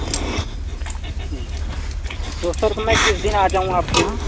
جی تو سر میں کس دن آ جاؤں آپ کے یہاں